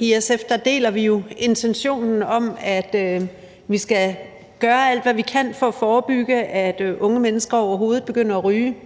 I SF deler vi jo intentionen om, at vi skal gøre alt, hvad vi kan for at forebygge, at unge mennesker overhovedet begynder at ryge.